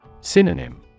Synonym